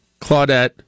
Claudette